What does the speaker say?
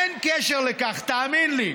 אין קשר לכך, תאמין לי.